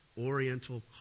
Oriental